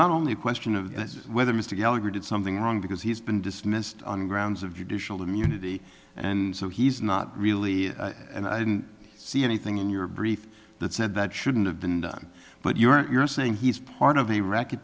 not only a question of whether mr gallagher did something wrong because he's been dismissed on grounds of judicial immunity and so he's not really and i didn't see anything in your brief that said that shouldn't have been done but you're saying he's part of the racket